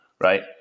right